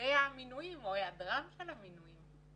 לגבי המינויים או היעדרם של המינויים,